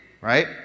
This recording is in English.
right